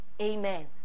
Amen